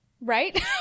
Right